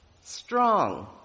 strong